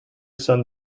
send